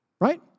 Right